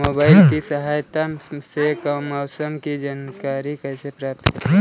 Mobile की सहायता से मौसम की जानकारी कैसे प्राप्त करें?